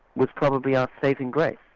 was probably our saving grace.